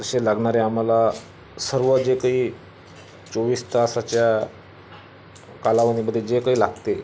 असे लागणारे आम्हाला सर्व जे काही चोवीस तासाच्या कालावधीमध्ये जे काही लागते